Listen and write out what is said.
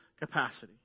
capacity